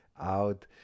out